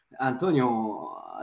Antonio